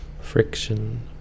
friction